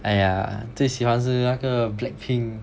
!aiya! 最喜欢是那个 Blackpink